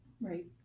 Right